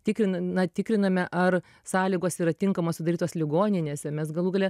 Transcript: tikrin na tikriname ar sąlygos yra tinkamos sudarytos ligoninėse mes galų gale